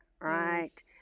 right